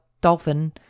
dolphin